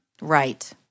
Right